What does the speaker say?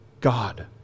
God